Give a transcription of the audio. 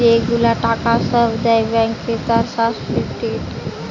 যে গুলা টাকা সব দেয় ব্যাংকে তার সার্টিফিকেট